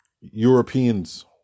Europeans